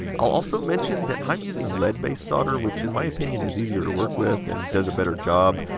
i will also mention that i'm using lead-based solder, which in my opinion is easier to work with and does a better job.